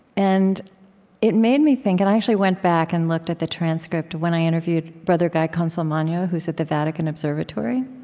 and it made me think and i actually went back and looked at the transcript of when i interviewed brother guy consolmagno, who is at the vatican observatory.